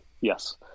Yes